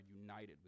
united